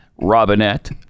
robinette